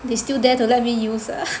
they still dare to let me use ah